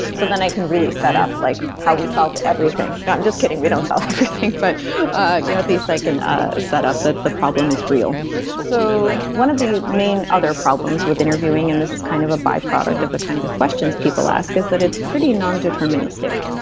so then i can really setup like how we solve everything. no, i'm just kidding. we don't solve everything. but you know this like and a setup that the problem is real so one of the main other problems with interviewing, and this is kind of a by-product of the kinds of questions people ask is that it's pretty non-deterministic.